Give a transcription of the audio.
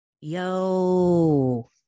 Yo